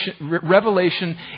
revelation